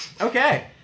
Okay